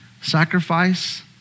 Sacrifice